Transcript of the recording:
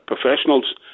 professionals